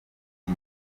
iki